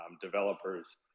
developers